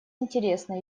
интересно